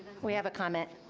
we have a comment.